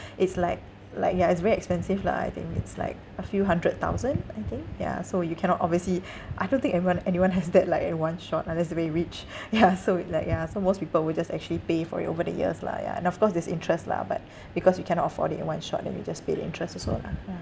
it's like like ya it's very expensive lah I think it's like a few hundred thousand I think ya so you cannot obviously I don't think anyone anyone has that like at one shot lah unless they very rich ya so like ya so most people would just actually pay for it over the years lah ya and of course there's interest lah but because we cannot afford it at one shot then we just pay the interest also lah yeah